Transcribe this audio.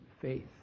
faith